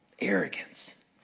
arrogance